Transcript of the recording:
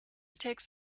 takes